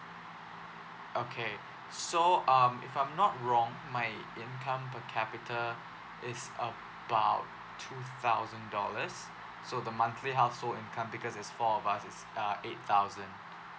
okay so um if I'm not wrong my income per capita is about two thousand dollars so the monthly household income because it's four of us uh eight thousand